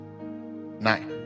Nine